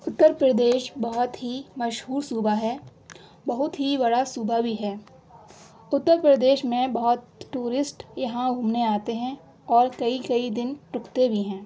اتر پردیش بہت ہی مشہور صوبہ ہے بہت ہی بڑا صوبہ بھی ہے اتر پردیش میں بہت ٹورسٹ یہاں گھومنے آتے ہیں اور کئی کئی دن رکتے بھی ہیں